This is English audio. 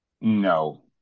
No